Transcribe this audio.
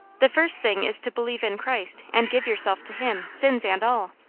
the first thing is to believe in christ, and give yourself to him, sins and all.